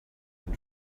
and